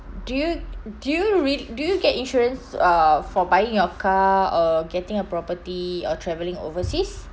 do you do you read do you get insurance uh for buying your car or getting a property or travelling overseas